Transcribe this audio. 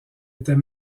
n’était